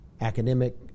academic